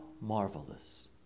marvelous